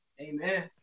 Amen